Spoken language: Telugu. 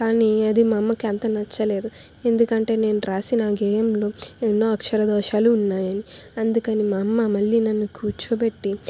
కానీ అది మా అమ్మకు అంత నచ్చలేదు ఎందుకంటే నేను రాసిన గేయంలో ఎన్నో అక్షర దోషాలు ఉన్నాయని అందుకని మా అమ్మ మళ్ళీ నన్ను కూర్చోబెట్టి